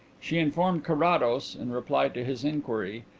she informed carrados, in reply to his inquiry,